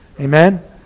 Amen